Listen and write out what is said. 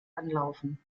anlaufen